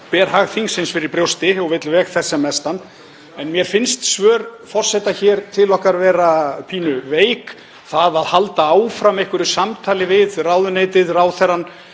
ber hag þingsins fyrir brjósti og vill veg þess sem mestan. En mér finnst svör forseta hér til okkar vera pínu veik. Það að halda áfram einhverju samtali við ráðuneytið, ráðherrann,